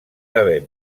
haver